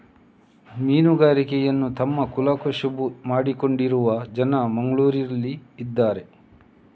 ಮೀನುಗಾರಿಕೆಯನ್ನ ತಮ್ಮ ಕುಲ ಕಸುಬು ಮಾಡಿಕೊಂಡಿರುವ ಜನ ಮಂಗ್ಳುರಲ್ಲಿ ಇದಾರೆ